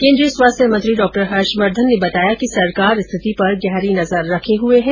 केन्द्रीय स्वास्थ्य मंत्री डॉ हर्षवर्धन ने बताया कि सरकार स्थिति पर गहरी नजर रखे हए हैं